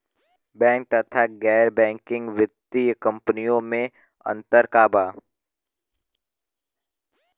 Bank तथा गैर banking वित्तीय कम्पनीयो मे अन्तर का बा?